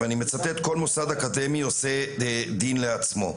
ואני מצטט כל מוסד אקדמי עושה דין לעצמו.